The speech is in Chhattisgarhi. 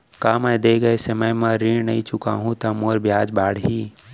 का मैं दे गए समय म ऋण नई चुकाहूँ त मोर ब्याज बाड़ही?